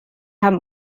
haben